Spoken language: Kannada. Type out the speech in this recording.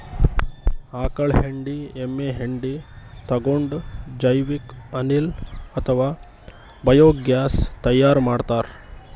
ಆಕಳ್ ಹೆಂಡಿ ಎಮ್ಮಿ ಹೆಂಡಿ ತಗೊಂಡ್ ಜೈವಿಕ್ ಅನಿಲ್ ಅಥವಾ ಬಯೋಗ್ಯಾಸ್ ತೈಯಾರ್ ಮಾಡ್ತಾರ್